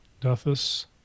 Duffus